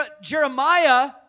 Jeremiah